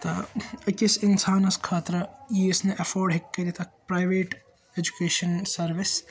تہٕ أکِس اِنسانَس خٲطرٕ یُس نہٕ ایٚفٲڈ ہیٚکہِ کٔرِتھ اَتھ پرَیویٹ ایٚجوکیشَن سٔروِس